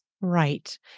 Right